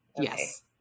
Yes